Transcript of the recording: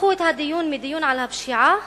הפכו את הדיון מדיון על הפשיעה